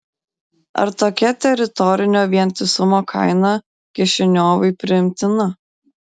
ar tokia teritorinio vientisumo kaina kišiniovui priimtina